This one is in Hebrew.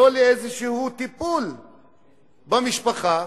לא לאיזשהו טיפול במשפחה.